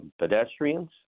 pedestrians